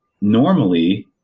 normally